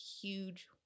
huge